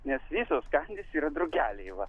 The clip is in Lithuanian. ne visos kandys yra drugeliai va